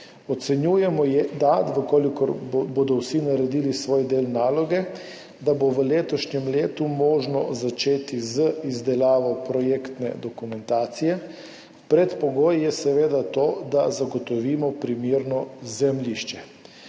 Ocenjujemo, da bo možno, če bodo vsi naredili svoj del naloge, v letošnjem letu začeti z izdelavo projektne dokumentacije. Predpogoj je seveda to, da zagotovimo primerno zemljišče.